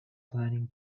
planning